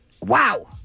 Wow